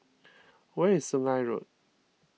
where is Sungei Road